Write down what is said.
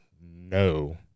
no